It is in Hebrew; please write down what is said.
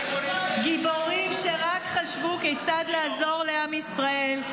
גיבורים שרק חשבו כיצד לעזור לעם ישראל,